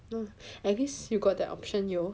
at least you got that option